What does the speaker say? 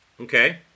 Okay